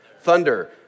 Thunder